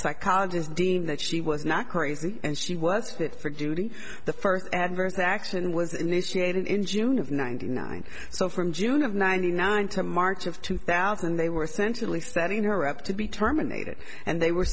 psychologist deemed that she was not crazy and she was fit for duty the first adverse action was initiated in june of ninety nine so from june of ninety nine to march of two thousand they were essentially setting her up to be terminated and they were